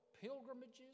pilgrimages